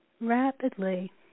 rapidly